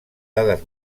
dades